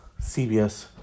CBS